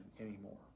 anymore